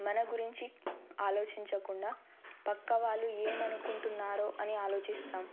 మన గురించి ఆలోచించకుండా పక్క వాళ్ళు ఏమనుకుంటున్నారో అని ఆలోచిస్తాం